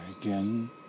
again